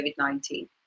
COVID-19